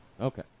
Okay